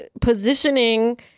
positioning